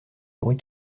bruits